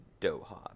Doha